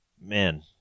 Man